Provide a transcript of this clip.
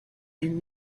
and